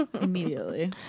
Immediately